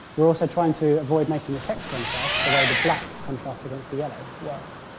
we are also trying to avoid making the text contrast the way the black contrasts against the yellow worse.